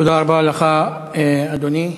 תודה רבה לך, אדוני.